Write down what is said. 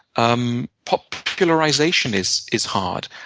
um popularization is is hard.